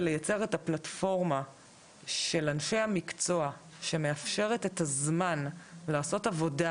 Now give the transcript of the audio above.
זה לייצר את הפלטפורמה של אנשי המקצוע שמאפשרת את הזמן לעשות עבודה,